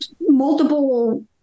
multiple